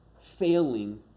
failing